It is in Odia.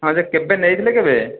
ହଁ ଯେ କେବେ ନେଇଥିଲେ କେବେ